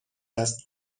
است